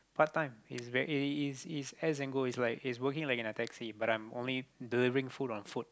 part time he's very he he he's as and go he's like he's working like in a taxi but I'm only delivering food on foot